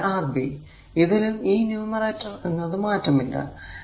അതുപോലെ Rb ഇതിലും ഈ ന്യൂമറേറ്റർ എന്നത് മാറ്റമില്ല